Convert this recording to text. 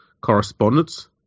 correspondence